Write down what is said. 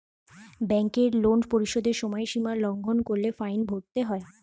ব্যাংকের লোন পরিশোধের সময়সীমা লঙ্ঘন করলে ফাইন ভরতে হয়